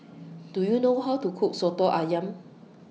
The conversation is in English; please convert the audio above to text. Do YOU know How to Cook Soto Ayam